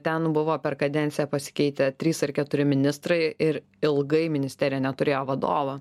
ten buvo per kadenciją pasikeitę trys ar keturi ministrai ir ilgai ministerija neturėjo vadovo